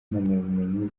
impamyabumenyi